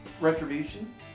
Retribution